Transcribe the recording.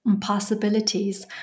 possibilities